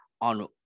on